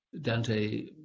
Dante